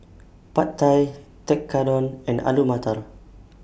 Pad Thai Tekkadon and Alu Matar